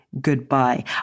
goodbye